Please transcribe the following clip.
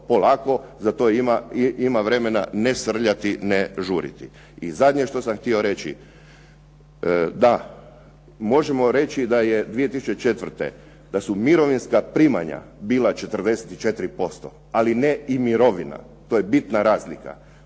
polako, za to ima, ima vremena, ne srljati, ne žuriti. I zadnje što sam htio reći, da, možemo reći da je 2004. da su mirovinska primanja bila 44% ali ne i mirovina, to je bitna razlika,